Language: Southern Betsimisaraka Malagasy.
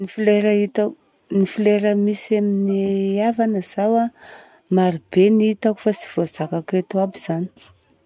Ny fleur hitako, ny fleur misy amin'ny havana izao an, marobe ny hitako fa tsy voazakako eto aby izany.